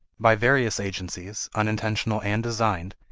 by various agencies, unintentional and designed,